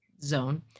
zone